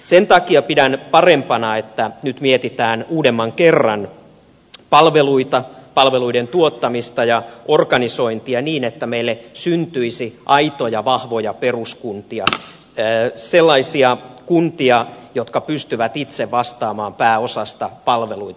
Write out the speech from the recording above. sen takia pidän parempana että nyt mietitään uudemman kerran palveluita palveluiden tuottamista ja organisointia niin että meille syntyisi aitoja vahvoja peruskuntia sellaisia kuntia jotka pystyvät itse vastaamaan pääosasta palveluita